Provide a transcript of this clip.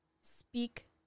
speak